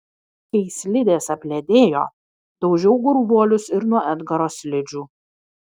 kai slidės apledėjo daužiau gurvuolius ir nuo edgaro slidžių